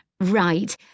Right